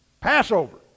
Passover